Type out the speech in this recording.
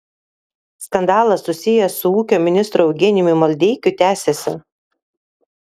skandalas susijęs su ūkio ministru eugenijumi maldeikiu tęsiasi